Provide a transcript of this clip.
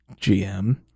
GM